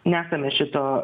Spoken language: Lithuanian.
nesame šito